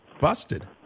busted